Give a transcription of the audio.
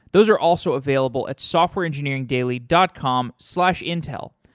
those are also available at softwareengineeringdaily dot com slash intel.